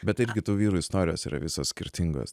bet tai irgi tų vyrų istorijos yra visos skirtingos